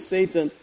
Satan